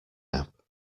app